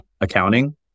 accounting